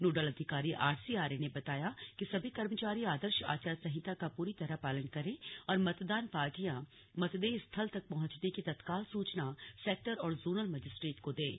nodal अधिकारी RC Arya ने बताया कि सभी कर्मचारी आर्दश आचार संहिता का पूरी तरह पालन करें और मतदान पार्टियां मतदेय स्थल तक पंहुचने की तत्काल सूचना सेक्टर और जोनल मजिस्ट्रेट को देंगे